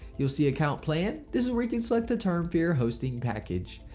you'll see account plan. this is where you can select the term for your hosting package.